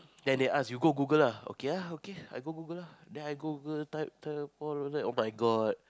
then they ask you go Google lah okay ah okay I go Google lah then I go Google type the then oh-my-God